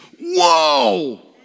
whoa